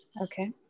Okay